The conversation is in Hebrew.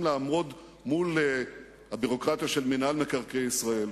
לעמוד מול הביורוקרטיה של מינהל מקרקעי ישראל?